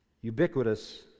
ubiquitous